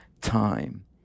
time